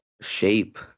shape